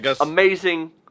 amazing